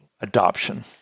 adoption